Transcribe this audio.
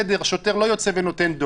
אני אומרת שנפלו טעויות, צריך לתקן אותן.